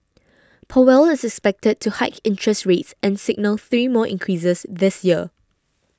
powell is expected to hike interest rates and signal three more increases this year